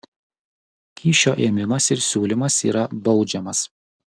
kyšio ėmimas ir siūlymas yra baudžiamas